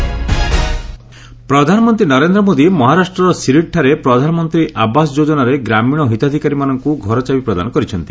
PM Shirdi ପ୍ରଧାନମନ୍ତ୍ରୀ ନରେନ୍ଦ୍ର ମୋଦି ମହାରାଷ୍ଟ୍ରର ଶିରିଡିଠାରେ ପ୍ରଧାନମନ୍ତ୍ରୀ ଆବାସ ଯୋଜନାରେ ଗ୍ରାମୀଣ ହିତାଧିକାରୀମାନଙ୍କୁ ଘର ଚାବି ପ୍ରଦାନ କରିଛନ୍ତି